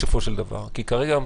כרגע,